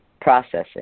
processing